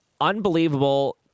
unbelievable